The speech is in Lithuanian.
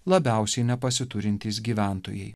labiausiai nepasiturintys gyventojai